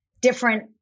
different